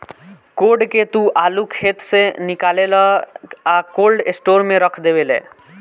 code के तू आलू खेत से निकालेलऽ आ कोल्ड स्टोर में रख डेवेलऽ